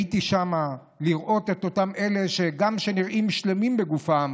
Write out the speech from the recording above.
הייתי שם, לראות את אלה שגם אם נראים שלמים בגופם